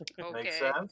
Okay